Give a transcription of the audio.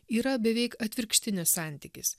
yra beveik atvirkštinis santykis